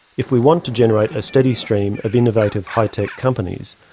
if we want to generate a steady stream of innovative, high tech companies,